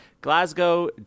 Glasgow